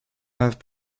have